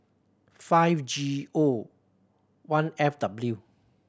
five G O one F W